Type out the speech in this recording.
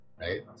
Right